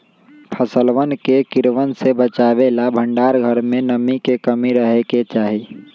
फसलवन के कीड़वन से बचावे ला भंडार घर में नमी के कमी रहे के चहि